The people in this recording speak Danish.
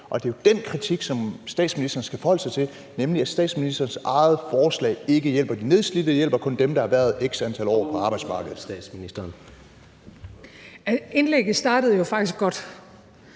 Og det er jo den kritik, som statsministeren skal forholde sig til, nemlig at statsministerens eget forslag ikke hjælper de nedslidte. Det hjælper kun dem, der har været x antal år på arbejdsmarkedet. Kl. 22:42 Tredje næstformand